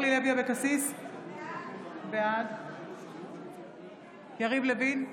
אבקסיס, בעד יריב לוין,